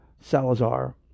Salazar